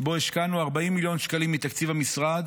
שבו השקענו 40 מיליון שקלים מתקציב המשרד